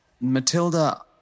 Matilda